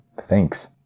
Thanks